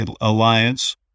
Alliance